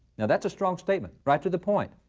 now that's a strong statement right to the point.